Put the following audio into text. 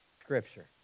Scripture